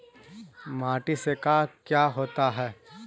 माटी से का क्या होता है?